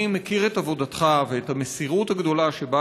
אני מכיר את עבודתך ואת המסירות הגדולה שבה